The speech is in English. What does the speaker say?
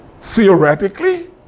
theoretically